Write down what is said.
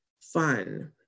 fun